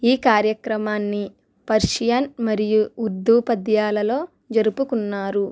ఈ కార్యక్రమాన్ని పర్షియన్ మరియు ఉర్దూ పద్యాలతో జరుపుకున్నారు